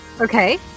okay